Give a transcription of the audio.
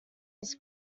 his